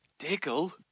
Diggle